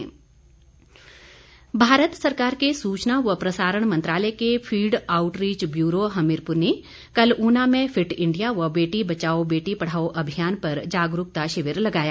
अभियान भारत सरकार के सूचना व प्रसारण मंत्रालय के फील्ड आउटरीच ब्यूरो हमीरपुर ने कल ऊना में फिट इंडिया व बेटी बचाओ बेटी पढ़ाओ अभियान पर जागरूकता शिविर लगाया